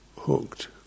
hooked